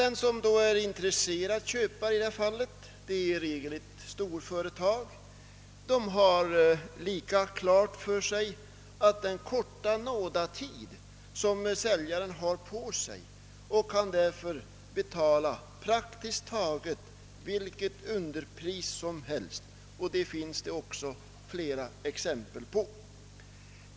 Den som är intresserad av att köpa — i regel är det ett storföretag — har klart för sig att säljaren fått endast en kort nådatid och kan därför betala praktiskt taget vilket underpris som helst, något som det också finns flera exempel på.